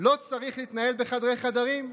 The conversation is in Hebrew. לא צריך להתנהל בחדרי-חדרים.